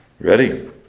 Ready